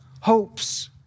hopes